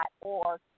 org